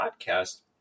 podcast